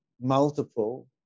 multiple